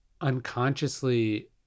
unconsciously